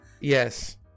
Yes